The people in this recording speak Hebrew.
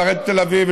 ולרדת לתל אביב,